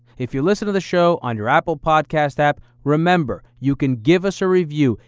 if you listen to the show on your apple podcast app, remember you can give us a review.